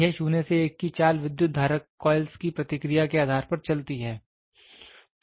यह 0 से 1 की चाल विद्युत धारक कोयल्स की प्रतिक्रिया के आधार पर चलती है